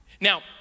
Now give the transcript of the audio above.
Now